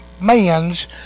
man's